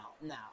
no